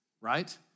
right